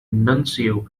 nuncio